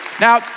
Now